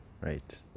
right